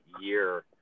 year